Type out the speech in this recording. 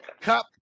Cup